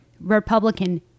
republican